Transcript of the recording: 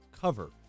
cover